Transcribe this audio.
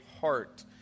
heart